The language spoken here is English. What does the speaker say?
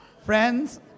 Friends